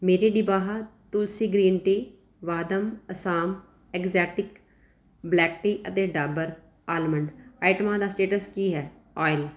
ਮੇਰੇ ਡਿਬਾਹਾ Tulsi green tea Vahdam Assam exotic black tea ਅਤੇ ਡਾਬਰ ਆਲਮੰਡ ਆਈਟਮਾਂ ਦਾ ਸਟੇਟਸ ਕੀ ਹੈ ਆਇਲ